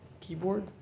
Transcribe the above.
keyboard